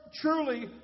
truly